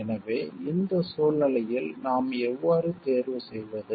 எனவே இந்த சூழ்நிலையில் நாம் எவ்வாறு தேர்வு செய்வது